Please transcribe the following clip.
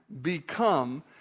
become